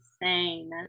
insane